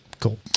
cool